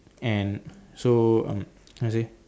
and so mm how to say